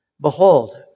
Behold